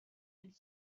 and